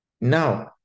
Now